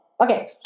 Okay